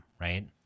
right